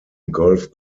golf